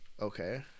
Okay